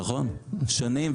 נכון, שנים.